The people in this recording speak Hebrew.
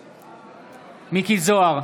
בעד מכלוף מיקי זוהר,